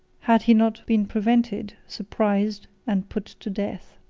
had he not been prevented, surprised, and put to death.